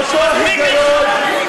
מאותו היגיון.